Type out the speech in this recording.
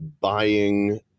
buying